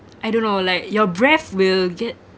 I don't know like your breath will get